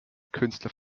künstler